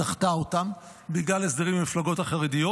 דחתה אותה בגלל הסדרים עם המפלגות החרדיות,